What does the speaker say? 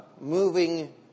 moving